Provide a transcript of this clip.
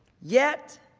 yet,